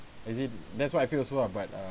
as in that's what I feel also lah but uh